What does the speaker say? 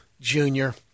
Junior